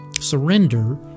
Surrender